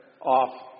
off